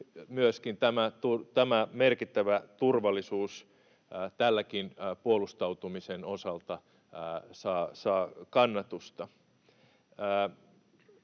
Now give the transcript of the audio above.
myöskin tämä merkittävä turvallisuus tälläkin puolustautumisen osalla saa kannatusta.